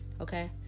okay